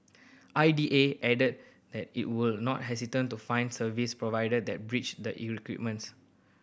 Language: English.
I D A added that it will not hesitate to fine service provider that breach the requirements